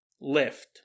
Lift